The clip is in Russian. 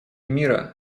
мира